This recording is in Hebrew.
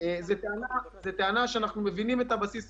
אני חושב שמכיוון שברשויות